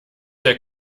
der